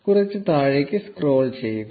0247 കുറച്ച് താഴേക്ക് സ്ക്രോൾ ചെയ്യുക